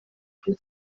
kuri